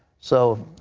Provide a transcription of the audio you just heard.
so,